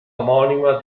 omonima